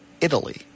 Italy